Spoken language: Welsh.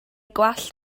gwallt